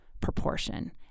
proportion